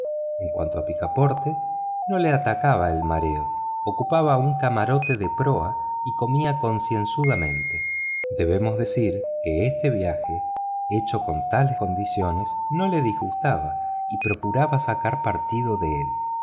en cuanto a picaporte no le atacaba el mareo ocupaba un camarote de proa y comía concienzudamente debemos decir que este viaje hecho en tales condiciones no le disgustaba y procuraba sacar partido de él